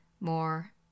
more